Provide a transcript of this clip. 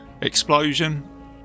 explosion